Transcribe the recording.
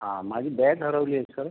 हां माझी बॅग हरवली आहे सर